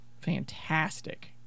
fantastic